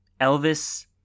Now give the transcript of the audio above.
Elvis